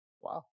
wow